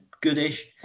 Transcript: goodish